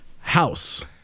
House